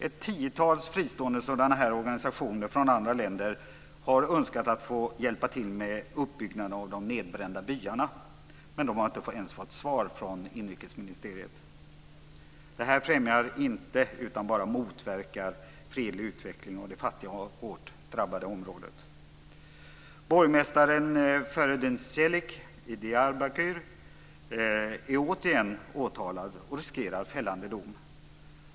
Ett tiotal sådana fristående organisationer från andra länder har önskat att få hjälpa till med uppbyggnaden av de nedbrända byarna, men de har inte ens fått svar från inrikesministeriet. Detta främjar inte utan motverkar bara fredlig utveckling av det fattiga och hårt drabbade området. Borgmästaren Feridun Celik i Diyarbakir är återigen åtalad och riskerar fällande dom.